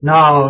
Now